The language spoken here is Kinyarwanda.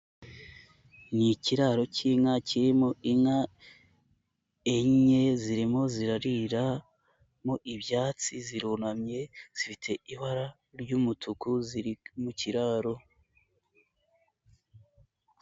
Ni ikiraro k'inka kirimo inka enye zirimo zirarira mo ibyatsi zirunamye zifite ibara ry'umutuku ziri mu kiraro.